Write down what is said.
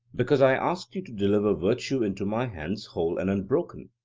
because i asked you to deliver virtue into my hands whole and unbroken,